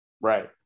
Right